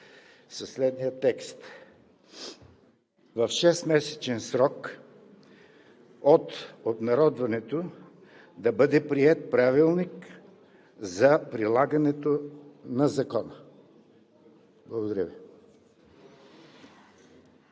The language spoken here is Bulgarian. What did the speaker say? следния текст: „В шестмесечен срок от обнародването да бъде приет Правилник за прилагането на Закона“. Благодаря Ви.